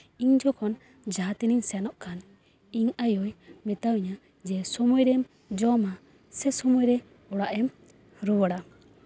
ᱤᱧ ᱡᱚᱠᱷᱚᱱ ᱡᱟᱦᱟᱸ ᱛᱤᱱᱟᱹᱜ ᱤᱧ ᱥᱮᱱᱚᱜ ᱠᱟᱱ ᱤᱧ ᱟᱭᱳᱭ ᱢᱮᱛᱟᱣ ᱤᱧᱟ ᱥᱚᱢᱚᱭ ᱨᱮᱢ ᱡᱚᱢᱟ ᱥᱮ ᱥᱚᱢᱚᱭ ᱨᱮ ᱚᱲᱟᱜ ᱮᱢ ᱨᱩᱣᱟᱹᱲᱟ